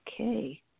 Okay